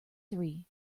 three